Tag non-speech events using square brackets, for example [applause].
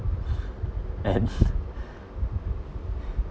[breath] and [laughs] [breath]